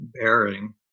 bearing